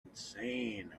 insane